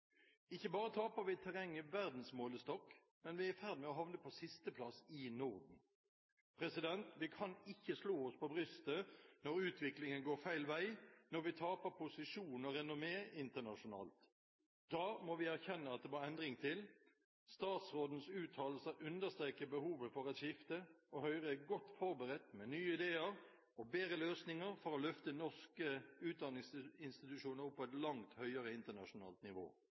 Ikke bare taper vi terreng i verdensmålestokk, men vi er i ferd med å havne på sisteplass i Norden! Vi kan ikke slå oss for brystet når utviklingen går feil vei, når vi taper posisjon og renommé internasjonalt. Da må vi erkjenne at det må endring til. Statsrådens uttalelser understreker behovet for et skifte, og Høyre er godt forberedt med nye ideer og bedre løsninger for å løfte norske utdanningsinstitusjoner opp på et langt høyere internasjonalt nivå.